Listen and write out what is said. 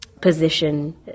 position